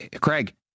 Craig